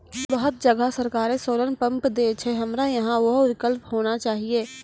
बहुत जगह सरकारे सोलर पम्प देय छैय, हमरा यहाँ उहो विकल्प होना चाहिए?